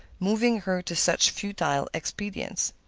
moving her to such futile expedients.